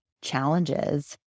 challenges